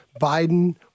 Biden